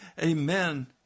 Amen